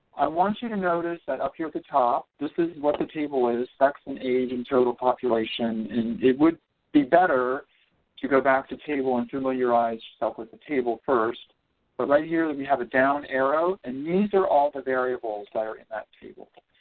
i want you to notice that up here at the top this is what the table is sex and age and total population and it would be better to go back to table and familiarize yourself with the table first but right here we have a down arrow and these are all the variables that are in that table.